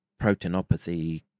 proteinopathy